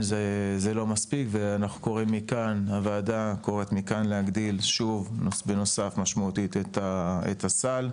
לא מספיק והוועדה קוראת מכאן להגדיל שוב בנוסף משמעותית את הסל.